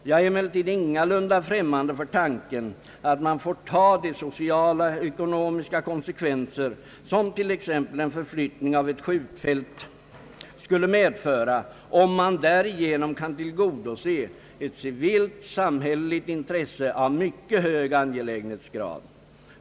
Jag är emellertid ingalunda främmande för tanken att man får ta de sociala och ekonomiska konsekvenser, som t.ex. en förflyttning av ett skjutfält skulle medföra, om man härigenom kan tillgodose ett civilt samhälleligt intresse av mycket hög angelägenhetsgrad.